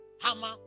hammer